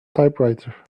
typewriter